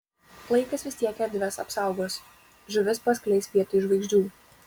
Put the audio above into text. laikas vis tiek erdves apsaugos žuvis paskleis vietoj žvaigždžių